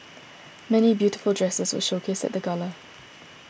many beautiful dresses were showcased at the gala